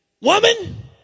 woman